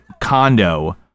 condo